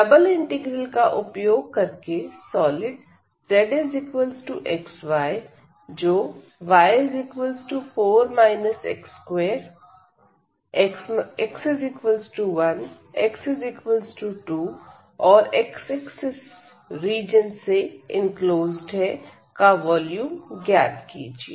double integral का उपयोग करके सॉलिड zxy जो y4 x2x1x2 और x axis रीजन से इनक्लोज्ड है का वॉल्यूम ज्ञात कीजिए